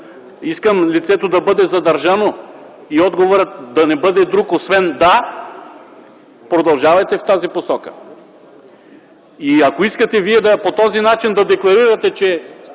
„Искам лицето да бъде задържано и отговорът да не бъде друг освен „да”!”, продължавайте в тази посока. Ако искате по този начин да декларирате, че